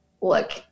look